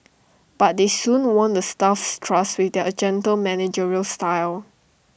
but they soon won the staff's trust with their gentle managerial style